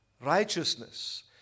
righteousness